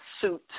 suit